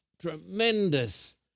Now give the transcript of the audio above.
tremendous